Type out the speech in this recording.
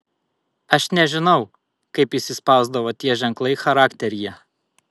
aš nežinau kaip įsispausdavo tie ženklai charakteryje